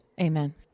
Amen